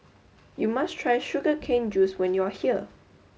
you must try Sugar Cane Juice when you are here